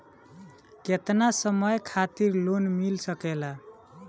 केतना समय खातिर लोन मिल सकेला?